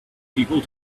people